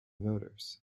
voters